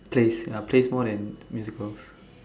plays ya plays more than musicals